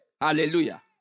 Hallelujah